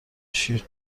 شیر